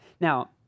Now